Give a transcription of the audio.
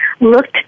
looked